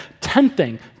tenthing